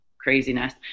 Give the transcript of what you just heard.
craziness